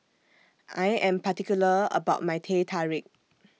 I Am particular about My Teh Tarik